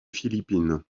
philippines